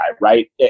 right